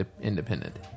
independent